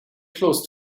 close